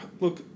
Look